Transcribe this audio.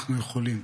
ואנחנו יכולים.